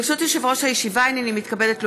ברשות יושב-ראש הישיבה, הינני מתכבדת להודיעכם,